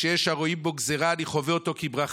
השוני, שיש הרואים בו גזרה, אני חווה אותו כברכה.